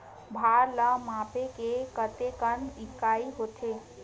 भार ला मापे के कतेक इकाई होथे?